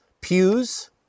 Pew's